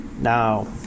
now